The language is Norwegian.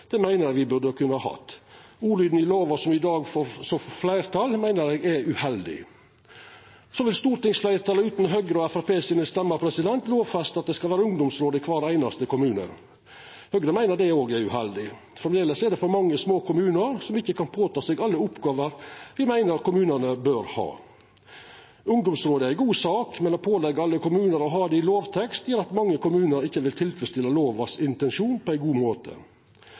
Det meiner eg me burde kunna hatt. Ordlyden i loven som i dag får fleirtal, meiner eg er uheldig. Stortingsfleirtalet, utan Høgre og Framstegspartiet sine stemmer, vil lovfesta at det skal vera ungdomsråd i kvar einaste kommune. Høgre meiner det òg er uheldig. Framleis er det for mange små kommunar som ikkje kan ta på seg alle oppgåvene me meiner kommunane bør ha. Ungdomsråd er ei god sak, men å påleggja alle kommunar å ha det i lovtekst gjer at mange kommunar ikkje vil tilfredsstilla lovens intensjon på ein god måte.